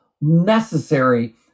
necessary